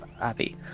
abbey